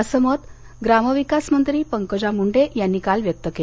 असं मत ग्रामविकास मंत्री पंकजा मुंडे यांनी व्यक्त केलं